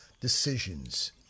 decisions